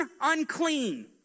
unclean